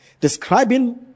describing